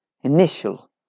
initial